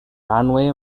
runway